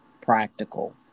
practical